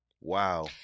Wow